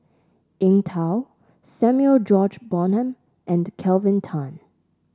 Eng Tow Samuel George Bonham and Kelvin Tan